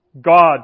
God